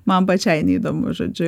man pačiai neįdomu žodžiu